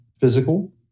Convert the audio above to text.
physical